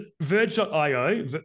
Verge.io